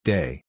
Day